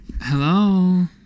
Hello